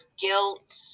guilt